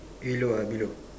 yellow ah below